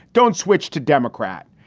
don't switch to democrat.